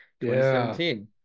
2017